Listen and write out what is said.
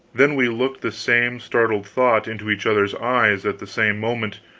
then we looked the same startled thought into each other's eyes at the same moment